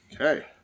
Okay